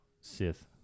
Sith